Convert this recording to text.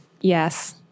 Yes